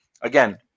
again